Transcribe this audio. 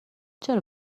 چرا